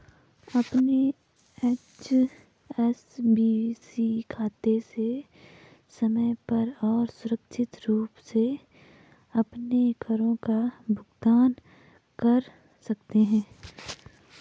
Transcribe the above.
अपने एच.एस.बी.सी खाते से समय पर और सुरक्षित रूप से अपने करों का भुगतान कर सकते हैं